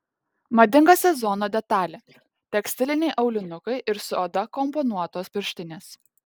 madinga sezono detalė tekstiliniai aulinukai ir su oda komponuotos pirštinės